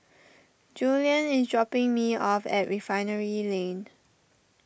Julianne is dropping me off at Refinery Lane